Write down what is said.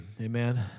Amen